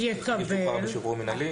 ישוחרר בשחרור מנהלי.